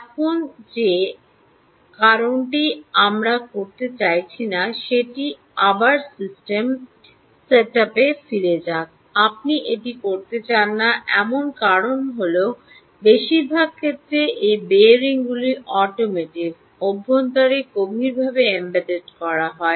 এখন যে কারণটি আমরা করতে চাইছি না সেটি আবার সেটআপে ফিরে যাক আপনি এটি করতে চান না এমন কারণ হল বেশিরভাগ ক্ষেত্রে এই বিয়ারিংগুলি অটোমোটিভগুলির অভ্যন্তরে গভীরভাবে এম্বেড করা হয়